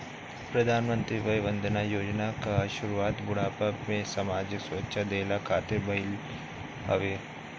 प्रधानमंत्री वय वंदना योजना कअ शुरुआत बुढ़ापा में सामाजिक सुरक्षा देहला खातिर भईल हवे